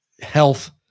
health